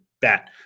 bet